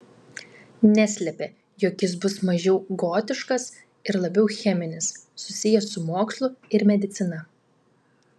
neslėpė jog jis bus mažiau gotiškas ir labiau cheminis susijęs su mokslu ir medicina